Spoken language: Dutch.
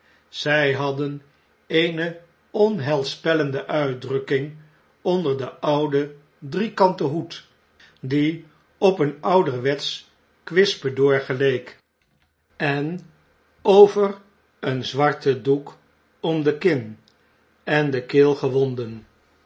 zjj hadden eene onheilspellende uitdrukking onder den ouden driekanten hoed die op een ouderwetsch kwispedoor geleek en over een zwarten doek om de kin en de keel gewonden